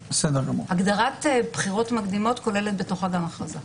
הגדרת בחירות מקדימות כוללת בתוכה גם הכרזה.